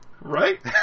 Right